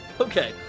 okay